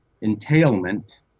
entailment